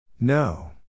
No